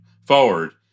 forward